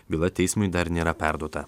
byla teismui dar nėra perduota